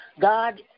God